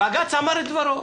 בג"ץ אמר את דברו.